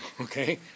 okay